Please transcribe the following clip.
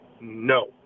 no